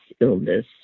illness